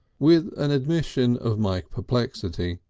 with an admission of my perplexity.